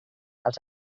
als